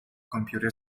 computer